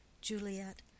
Juliet